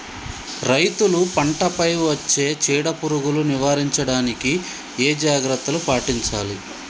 రైతులు పంట పై వచ్చే చీడ పురుగులు నివారించడానికి ఏ జాగ్రత్తలు పాటించాలి?